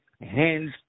hands